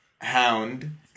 Hound